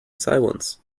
silence